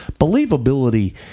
Believability